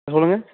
hello சொல்லுங்கள்